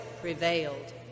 prevailed